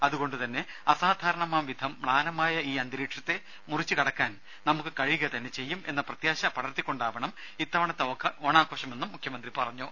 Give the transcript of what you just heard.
അതുകൊണ്ടുതന്നെ അസാധാരണമാം വിധം മ്ലാനമായ ഈ അന്തരീക്ഷത്തെ മുറിച്ചുകടക്കാൻ നമുക്കു കഴിയുക തന്നെ ചെയ്യും എന്ന പ്രത്യാശ പടർത്തിക്കൊണ്ടാവണം ഇത്തവണത്തെ ഓണാഘോഷമെന്നും മുഖ്യമന്ത്രി പറഞ്ഞു